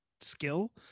skill